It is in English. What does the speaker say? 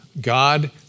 God